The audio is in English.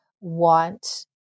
want